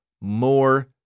more